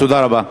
תודה רבה.